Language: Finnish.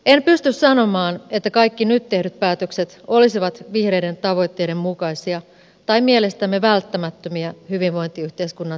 en pysty sanomaan että kaikki nyt tehdyt päätökset olisivat vihreiden tavoitteiden mukaisia tai mielestämme välttämättömiä hyvinvointiyhteiskunnan turvaamiseksi